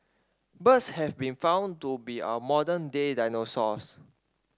birds have been found to be our modern day dinosaurs